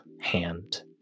hand